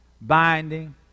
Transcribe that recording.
binding